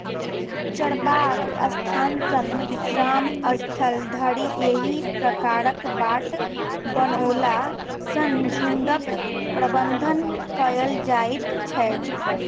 चरबाक स्थान सॅ विश्राम स्थल धरि एहि प्रकारक बाट बनओला सॅ झुंडक प्रबंधन कयल जाइत छै